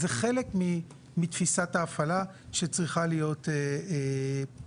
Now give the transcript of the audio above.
זה חלק מתפיסת ההפעלה שצריכה להיות מפוקחת.